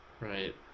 right